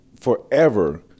forever